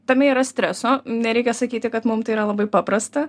tame yra streso nereikia sakyti kad mum tai yra labai paprasta